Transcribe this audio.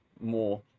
more